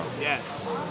yes